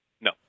No